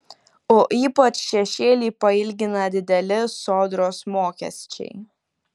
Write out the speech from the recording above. o ypač šešėlį pailgina dideli sodros mokesčiai